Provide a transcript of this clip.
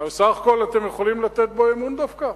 אבל בסך הכול אתם יכולים לתת בו אמון דווקא.